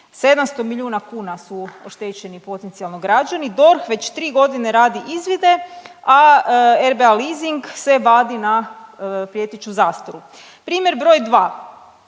700 milijuna kuna su oštećeni potencijalno građani. DORH već tri godine radi izvide, a RBA leasing se vadi na prijeteću zastaru. Primjer broj 2